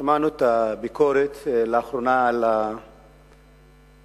שמענו את הביקורת, לאחרונה, על ההשתתפות